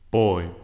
boy.